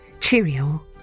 Cheerio